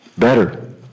Better